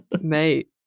Mate